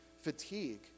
fatigue